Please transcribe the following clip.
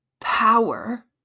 power